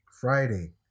Friday